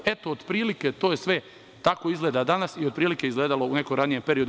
Eto, otprilike to sve tako izgleda danas i otprilike je izgledalo u nekom ranijem periodu.